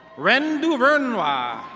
ren dovernwa.